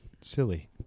Silly